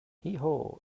heehaw